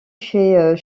fait